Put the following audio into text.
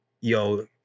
yo